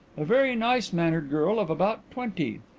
a very nice-mannered girl of about twenty.